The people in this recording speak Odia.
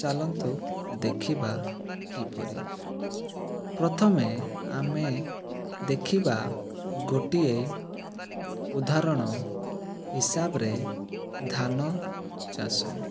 ଚାଲନ୍ତୁ ଦେଖିବା କିପରି ପ୍ରଥମେ ଆମେ ଦେଖିବା ଗୋଟିଏ ଉଦାହରଣ ହିସାବରେ ଧାନ ଚାଷ